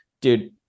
Dude